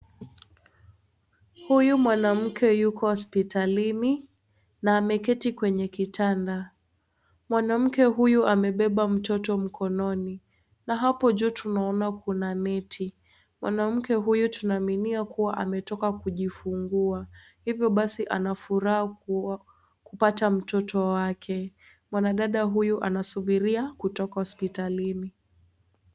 Huyu mwanamke yuko hospitalini na ameketi kwenye kitanda. Mwanamke huyo amebeba mtoto mkononi na hapo juu tunaona kuna neti, mwanamke huyo tunaaminia kuwa ametoka kijifungua ,hivyo basi ana furaha kubwa kupata mtoto wake. Mwanadada huyu anasubiria kutoka hospitalini.